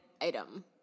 item